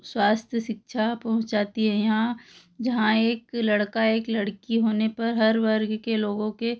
स्वास्थ्य शिक्षा पहुँचाती है यहाँ जहाँ एक लड़का एक लड़की होने पर हर वर्ग के लोगों के